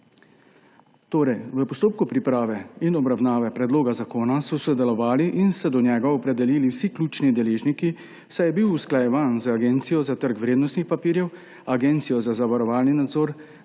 ATVP. V postopku priprave in obravnave predloga zakona so sodelovali in se do njega opredelili vsi ključni deležniki, saj je bil usklajevan z Agencijo za trg vrednostnih papirjev, Agencijo za zavarovalni nadzor,